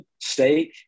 steak